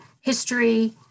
history